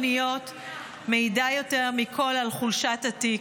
קיצוניות מעידה יותר מכול על חולשת התיק.